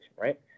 Right